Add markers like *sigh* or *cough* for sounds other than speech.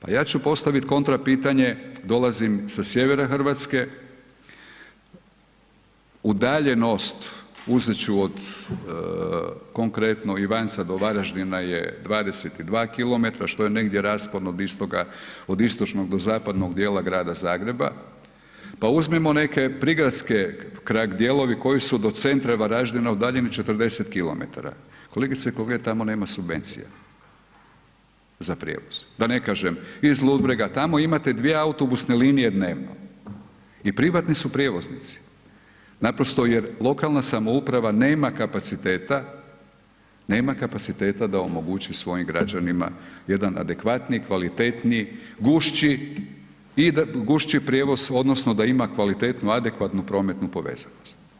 A ja ću postaviti kontra pitanje, dolazim sa sjevera Hrvatske, udaljenost uzet ću od konkretno Ivanca do Varaždina je 22 km što je negdje raspon od istočnog do zapadnog djela grada Zagreba pa uzmimo neke prigradske dijelove ... *unintelligible* koji su do centra Varaždina udaljeni 40 km, kolegice i kolege, tamo nema subvencija za prijevoz, da ne kažem iz Ludbrega, tamo imate dvije autobusne linije dnevno i privatni su prijevoznici naprosto jer lokalna samouprava nema kapaciteta da omogući svojim građanima jedan adekvatniji i kvalitetniji, gušću prijevoz odnosno da ima kvalitetnu adekvatnu prometnu povezanost.